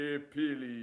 į pilį